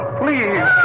please